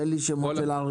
תן לי שמות של ערים.